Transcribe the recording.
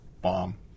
bomb